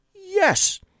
Yes